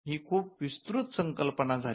शोध ही खूप विस्तृत संकल्पना झाली